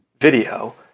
video